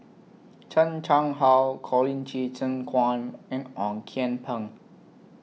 Chan Chang How Colin Qi Zhe Quan and Ong Kian Peng